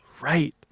Right